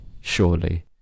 surely